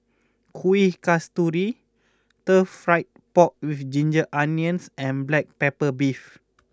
Kuih Kasturi Stir Fry Pork with Ginger Onions and Black Pepper Beef